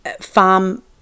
farm